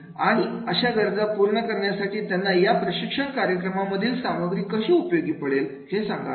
आणि अशा गरजा पूर्ण करण्यासाठी त्यांना या प्रशिक्षण कार्यक्रमांमधील सामग्री कशी उपयोगी पडतील हे सांगावे